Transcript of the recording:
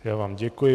Já vám děkuji.